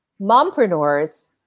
mompreneurs